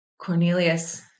Cornelius